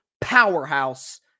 powerhouse